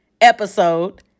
episode